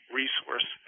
resource